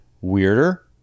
weirder